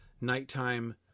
nighttime